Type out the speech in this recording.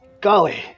Golly